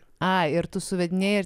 ai ir tu suvedinėji ir